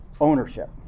ownership